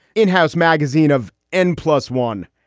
in-house magazine of n plus one.